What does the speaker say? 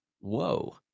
whoa